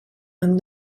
and